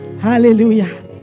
Hallelujah